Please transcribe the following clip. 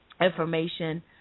information